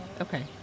Okay